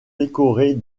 décorés